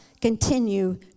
continue